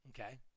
Okay